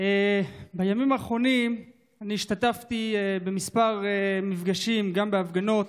בימים האחרונים השתתפתי בכמה מפגשים, גם בהפגנות,